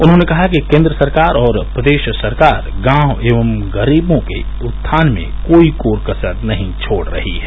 उन्होंने कहा कि केन्द्र सरकार और प्रदेश सरकार गांव एवं गरीबो के उत्थान में कोई कोर कसर नहीं छोड़ रही है